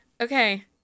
Okay